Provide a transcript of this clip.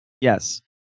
Yes